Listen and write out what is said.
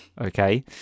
Okay